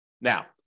Now